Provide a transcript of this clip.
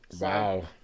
Wow